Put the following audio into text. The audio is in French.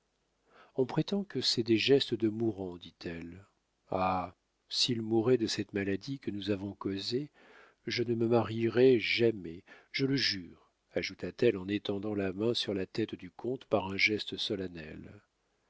on prétend que c'est des gestes de mourants dit-elle ah s'il mourait de cette maladie que nous avons causée je ne me marierais jamais je le jure ajouta-t-elle en étendant la main sur la tête du comte par un geste solennel